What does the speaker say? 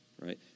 right